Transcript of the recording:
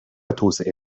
توسعه